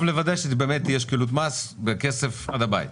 לוודא שבאמת יהיה שקילות מס בכסף עד הבית,